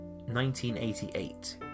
1988